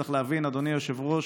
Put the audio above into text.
צריך להבין, אדוני היושב-ראש,